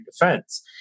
defense